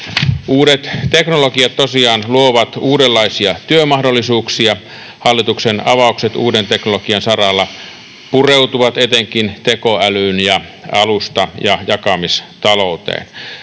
Uudet teknologiat tosiaan luovat uudenlaisia työmahdollisuuksia. Hallituksen avaukset uuden teknologian saralla pureutuvat etenkin tekoälyyn ja alusta- ja jakamistalouteen.